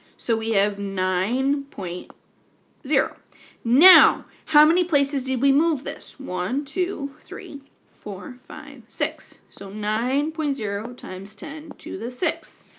so we have nine point zero now, how many places did we move this? one two three four five six so nine point zero times ten to the sixth.